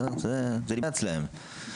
זה נמצא אצלם.